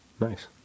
nice